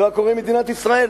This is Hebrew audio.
ומה קורה עם מדינת ישראל?